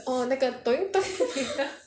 orh 那个